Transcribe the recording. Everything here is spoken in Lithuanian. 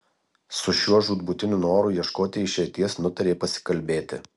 su šiuo žūtbūtiniu noru ieškoti išeities nutarė pasikalbėti